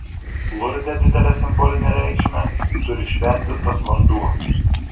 lurde didelę simbolinę reikšmę turi šventintas vanduo